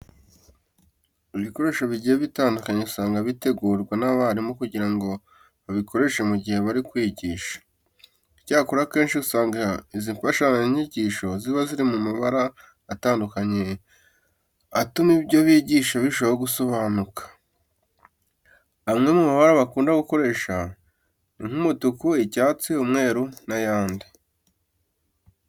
Ibikoresho bigiye bitandukanye usanga bitegurwa n'abarimu kugira ngo babikoreshe mu gihe bari kwigisha. Icyakora akenshi usanga izi mfashanyigisho ziba ziri mu mabara atandukanye atuma ibyo bigisha birushaho gusobanuka. Amwe mu mabara bakunda gukoresha ni nk'umutuku, icyatsi, umweru n'ayandi.